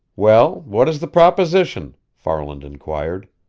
well, what is the proposition? farland inquired.